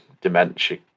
dementia